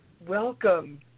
Welcome